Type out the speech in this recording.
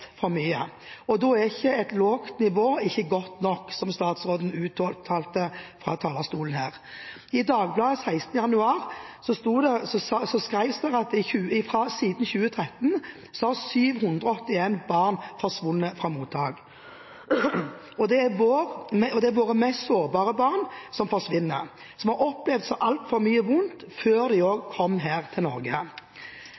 for mye. Og da er ikke et lavt nivå godt nok, som statsråden uttalte fra talerstolen her. I Dagbladet 16. januar sto det at siden 2013 har 781 barn forsvunnet fra mottak. Det er våre mest sårbare barn som forsvinner, som har opplevd så altfor mye vondt også før de